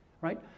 right